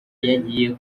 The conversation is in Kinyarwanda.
yagiye